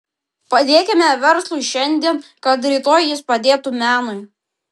padėkime verslui šiandien kad rytoj jis padėtų menui